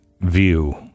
view